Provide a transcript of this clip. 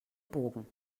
burgen